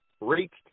Reached